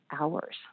hours